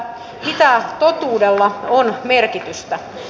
mitä totuudella on merkitystä